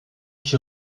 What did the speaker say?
qui